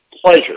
pleasure